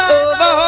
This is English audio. over